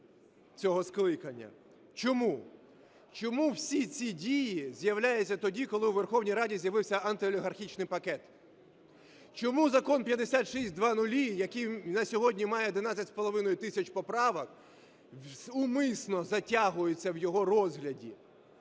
цього скликання. Чому, чому всі ці дії з'являються тоді, коли у Верховній Раді з'явився антиолігархічний пакет? Чому закон 5600, який на сьогодні має 11,5 тисяч поправок, умисно затягується в його розгляді?